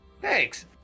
Thanks